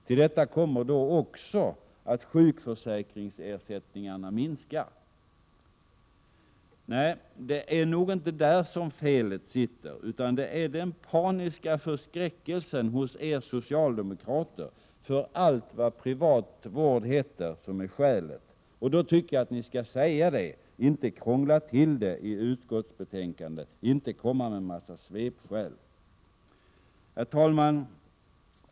Till detta kommer också att sjukförsäkringsersättningarna minskar. Nej, det är nog inte där felet sitter. Det är den paniska förskräckelsen hos er socialdemokrater för allt vad privat vård heter som är skälet. Jag tycker att ni skall säga det och inte krångla till det i utskottsbetänkandet och komma med svepskäl. Herr talman!